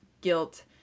guilt